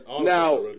Now